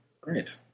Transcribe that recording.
Great